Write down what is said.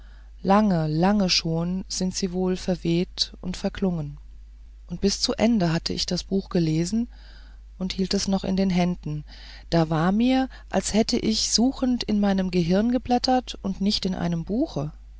lange lange schon sind sie wohl verweht und verklungen und bis zu ende hatte ich das buch gelesen und hielt es noch in den händen da war mir als hätte ich suchend in meinem gehirn geblättert und nicht in einem buche